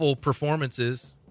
performances